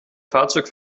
fahrzeug